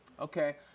Okay